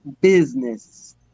business